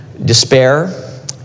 Despair